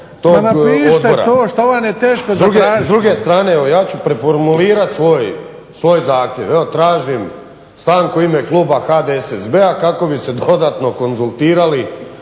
S druge strane, evo ja ću preformulirati svoj zahtjev. Evo tražim stanku u ime kluba HDSSB-a kako bi se dodatno konzultirali